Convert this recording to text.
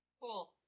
Cool